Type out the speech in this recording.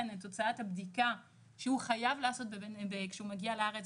את תוצאת הבדיקה שהוא חייב לעשות כשהוא מגיע לארץ.